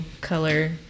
color